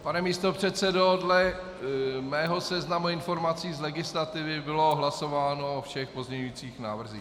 Pane místopředsedo, dle mého seznamu informací z legislativy bylo hlasováno o všech pozměňovacích návrzích.